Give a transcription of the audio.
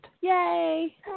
Yay